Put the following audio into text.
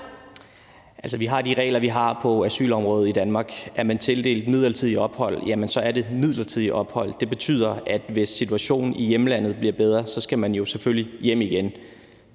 vi har de regler, vi har, på asylområdet i Danmark. Er man tildelt midlertidigt ophold, er det midlertidigt ophold. Det betyder, at hvis situationen i hjemlandet bliver bedre, skal man jo selvfølgelig hjem igen.